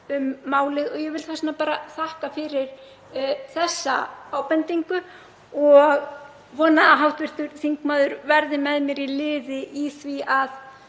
um málið. Ég vil þess vegna þakka fyrir þessa ábendingu og vona að hv. þingmaður verði með mér í liði í því að